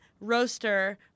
roaster